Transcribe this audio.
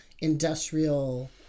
industrial